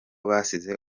basize